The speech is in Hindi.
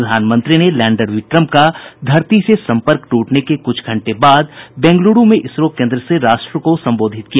प्रधानमंत्री ने लैंडर विक्रम का धरती से सम्पर्क टूटने के कुछ घंटे बाद बेंगलुरु में इसरो केन्द्र सें राष्ट्र को संबोधित किया